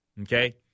okay